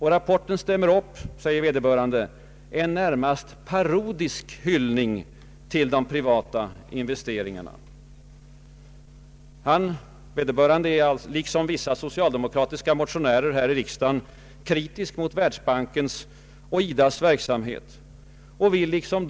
Rapporten stämmer upp, säger vederbörande, ”en närmast parodisk hyllning till de privata investeringarna”. Vederbörande är, liksom vissa socialdemokratiska motionärer här i riksdagen, kritisk mot Världsbankens och IDA:s verksamhet och vill liksom Ang.